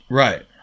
right